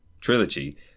trilogy